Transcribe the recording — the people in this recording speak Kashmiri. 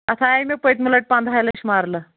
اَتھ آیے مےٚ پٔتۍمہِ لَٹہِ پنٛدہَے لَچھِ مَرلہٕ